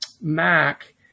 Mac